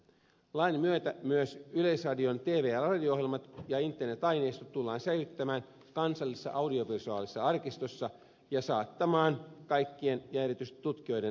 lain myötä myös yleisradion tv ja radio ohjelmat ja internetaineistot tullaan säilyttämään kansallisessa audiovisuaalisessa arkistossa ja saattamaan kaikkien ja erityisesti tutkijoiden ulottuville